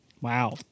Wow